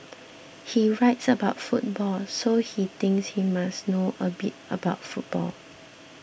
he writes about football so he thinks he must know a bit about football